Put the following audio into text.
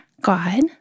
God